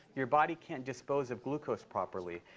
your body can't dispose of glucose properly.